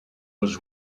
was